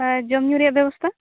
ᱟᱨ ᱡᱚᱢ ᱧᱩ ᱨᱮᱭᱟ ᱵᱮᱵᱚᱥᱛᱟ